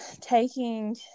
taking